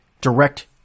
direct